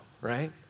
right